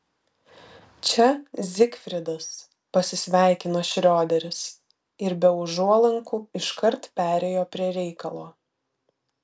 čia zigfridas pasisveikino šrioderis ir be užuolankų iškart perėjo prie reikalo